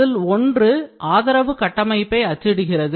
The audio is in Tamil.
அதில் ஒன்று ஆதரவு கட்டமைப்பை அச்சிடுகிறது